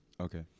Okay